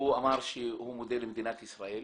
הוא אמר שהוא מודה למדינת ישראל